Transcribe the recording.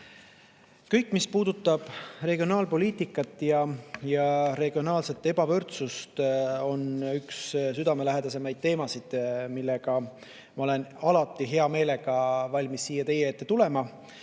Kõik, mis puudutab regionaalpoliitikat ja regionaalset ebavõrdsust, on mulle üks südamelähedasemaid teemasid, millega ma olen alati hea meelega valmis teie ette tulema.